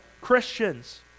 Christians